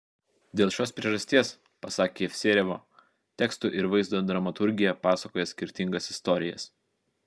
dėl šios priežasties pasak jevsejevo teksto ir vaizdo dramaturgija pasakoja skirtingas istorijas